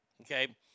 okay